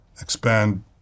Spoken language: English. expand